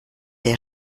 ihr